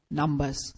numbers